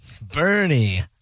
Bernie